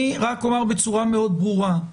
אני רק אומר בצורה מאוד ברורה,